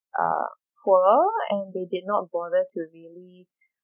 uh poor and they did not bother to really